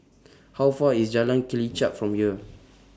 How Far IS Jalan Kelichap from here